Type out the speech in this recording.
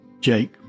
Jake